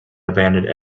abandoned